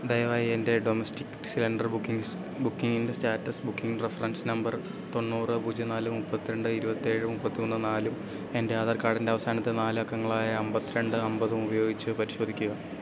ദയവായി എൻ്റെ domestic cylinder bookings ബുക്കിങ്ങിൻ്റെ സ്റ്റാറ്റസ് ബുക്കിംഗ് റഫറൻസ് നമ്പർ തൊണ്ണൂറ് പൂജ്യം നാല് മുപ്പത്തിരണ്ട് ഇരുപത്തിയേഴ് മുപ്പത്തിമൂന്ന് നാലും എൻ്റെ ആധാർ കാർഡിൻ്റെ അവസാനത്തെ നാല് അക്കങ്ങളായ അമ്പത്തിരണ്ട് അമ്പതും ഉപയോഗിച്ച് പരിശോധിക്കുക